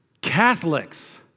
Catholics